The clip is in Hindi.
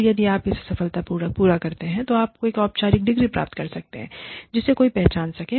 और यदि आप इसे सफलतापूर्वक पूरा कर लेते हैं तो आप औपचारिक डिग्री प्राप्त कर सकते हैं जिसे कोई पहचान सके